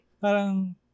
parang